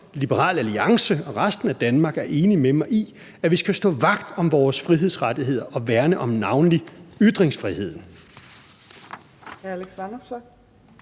Liberal Alliance og resten af Danmark er enig med mig i, at vi skal stå vagt om vores frihedsrettigheder og værne om navnlig ytringsfriheden.